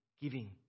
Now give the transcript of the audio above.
giving